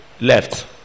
left